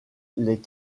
les